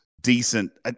decent